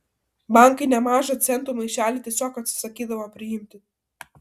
bankai nemažą centų maišelį tiesiog atsisakydavo priimti